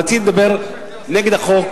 רציתי לדבר נגד החוק,